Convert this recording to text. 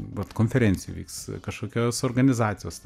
vat konferencijų vyks kažkokios organizacijos